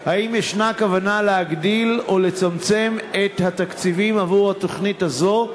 4. האם יש כוונה להגדיל או לצמצם את התקציבים לתוכנית זו?